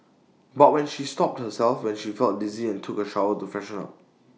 but when she stopped herself when she felt dizzy and took A shower to freshen up